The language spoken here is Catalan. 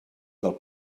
del